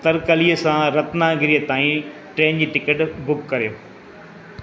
तरकरलीअ सां रत्नागिरीअ ताईं ट्रेन जी टिकट बुक करियो